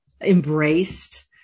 embraced